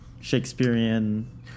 Shakespearean